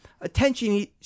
attention